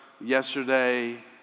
yesterday